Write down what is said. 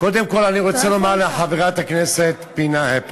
קודם כול, אני רוצה לומר לחברת הכנסת פנינה,